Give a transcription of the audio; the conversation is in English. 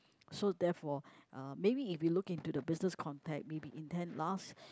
so therefore uh maybe if you look into the business context maybe intend last